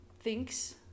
thinks